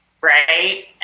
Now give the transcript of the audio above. right